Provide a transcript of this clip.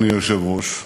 אדוני היושב-ראש,